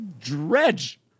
dredge